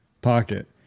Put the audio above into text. pocket